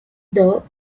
though